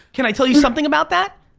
can i tell you something about that?